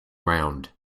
round